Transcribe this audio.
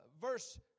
Verse